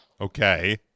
Okay